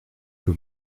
que